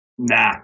Nah